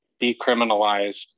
decriminalized